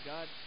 God